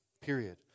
period